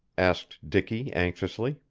asked dicky anxiously.